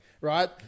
right